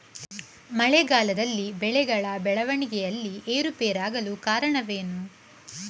ಮಳೆಗಾಲದಲ್ಲಿ ಬೆಳೆಗಳ ಬೆಳವಣಿಗೆಯಲ್ಲಿ ಏರುಪೇರಾಗಲು ಕಾರಣವೇನು?